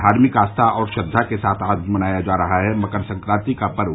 धार्मिक आस्था और श्रद्वा के साथ आज मनाया जा रहा है मकर संक्रांति का पर्व